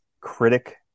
critic